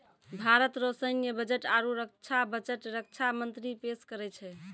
भारत रो सैन्य बजट आरू रक्षा बजट रक्षा मंत्री पेस करै छै